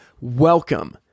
Welcome